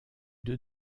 deux